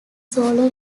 solo